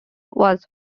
was